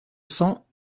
cents